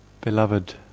beloved